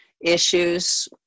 issues